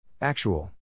Actual